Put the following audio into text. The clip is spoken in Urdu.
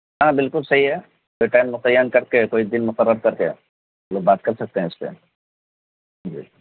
ہاں بالکل صحیح ہے کوئی ٹائم متعین کر کے کوئی دن مقرر کر کے ہم لوگ بات کر سکتے ہیں اس پہ جی